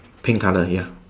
pink colour ya